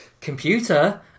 computer